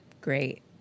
great